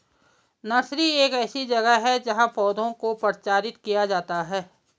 nursery एक ऐसी जगह है जहां पौधों को प्रचारित किया जाता है